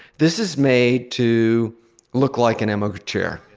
this is made to look like an emeco chair